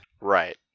Right